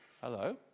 hello